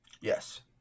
Yes